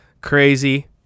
crazy